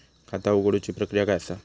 खाता उघडुची प्रक्रिया काय असा?